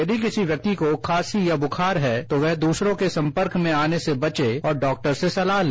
यदि किसी व्यक्ति को खांसी या बुखार है तो वह दूसरे के संपर्क में आने से बचे और डॉक्टर से सलाह ले